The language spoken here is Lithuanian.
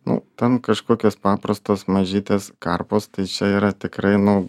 nu ten kažkokios paprastos mažytės karpos tai čia yra tikrai nu